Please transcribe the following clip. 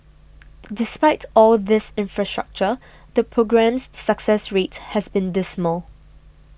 despite all this infrastructure the programme's success rate has been dismal